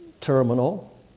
terminal